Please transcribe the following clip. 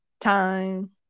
time